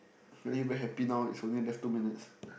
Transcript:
feeling very happy now is only left two minutes